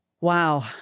Wow